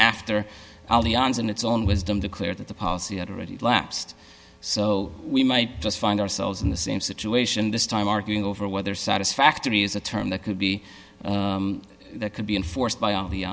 after all the items in its own wisdom to clear that the policy had already lapsed so we might just find ourselves in the same situation this time arguing over whether satisfactory is a term that could be that could be enforced by all the